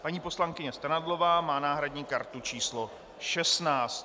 Paní poslankyně Strnadlová má náhradní kartu číslo 16.